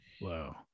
Wow